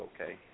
okay